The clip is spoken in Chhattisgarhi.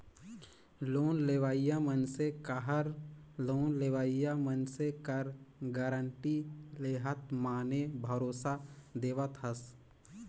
लोन लेवइया मइनसे कहर लोन लेहोइया मइनसे कर गारंटी लेहत माने भरोसा देहावत हस